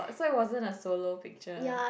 so it wasn't a solo picture